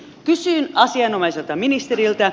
kysyn asianomaiselta ministeriltä